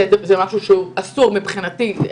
זה משהו אסור מבחינתי.